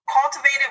cultivated